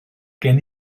gen